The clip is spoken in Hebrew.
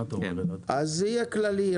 יהיה כללי.